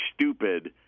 stupid